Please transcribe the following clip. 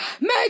Make